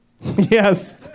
Yes